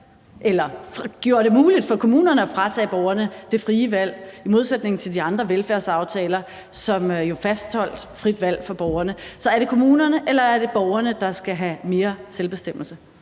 rettere gjorde det muligt for kommunerne at fratage borgerne det frie valg – i modsætning til de andre velfærdsaftaler, som jo fastholdt det frie valg for borgerne. Så er det kommunerne, eller er det borgerne, der skal have mere selvbestemmelse?